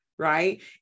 right